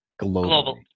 global